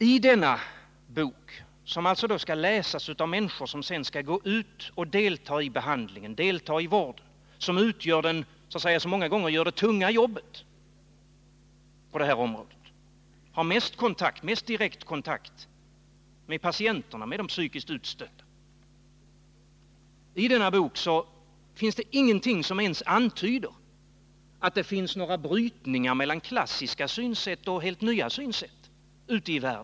I denna bok, som alltså skall läsas av människor som sedan skall delta i vården, som många gånger gör det tunga jobbet på detta område, som har mest direkt kontakt med patienterna och med de psykiskt utstötta, finns det ingenting som ens antyder att det ute i världen finns några brytningar mellan klassiska synsätt och helt nya synsätt.